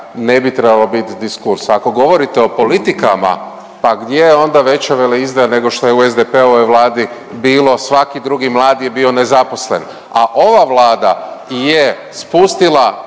ne bi trebalo biti diskurs, a ako govorite o politikama pa gdje je onda veća veleizdaja nego što je u SDP-ovoj vladi bilo, svaki drugi mladi je bio nezaposlen, a ova Vlada je spustila,